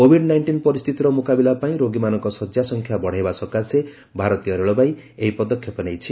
Covid nineteen ପରିସ୍ଥିତିର ମୁକାବିଲା ପାଇଁ ରୋଗୀମାନଙ୍କ ଶଯ୍ୟା ସଂଖ୍ୟା ବଢ଼ାଇବା ସକାଶେ ଭାରତୀୟ ରେଳବାଇ ଏହି ପଦକ୍ଷେପ ନେଇଛି